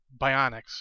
Bionics